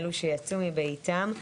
אלו שיצאו מביתם,